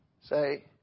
Say